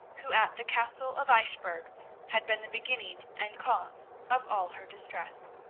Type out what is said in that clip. who at the castle of eichbourg had been the beginning and cause of all her distress.